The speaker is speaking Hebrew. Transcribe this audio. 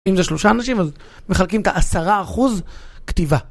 אם זה שלושה אנשים, אז מחלקים את העשרה אחוז כתיבה.